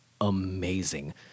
amazing